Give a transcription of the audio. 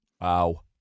Wow